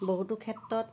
বহুতো ক্ষেত্ৰত